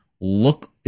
look